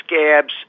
Scabs